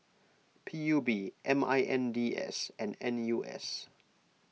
P U B M I N D S and N U S